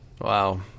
Wow